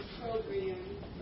program